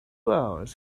hours